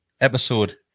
episode